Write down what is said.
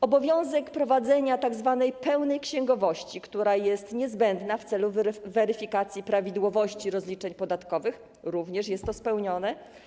Obowiązek prowadzenia tzw. pełnej księgowości, która jest niezbędna w celu weryfikacji prawidłowości rozliczeń podatkowych - również jest to spełnione.